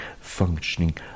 functioning